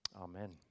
Amen